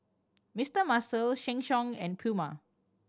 Mister Muscle Sheng Siong and Puma